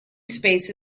space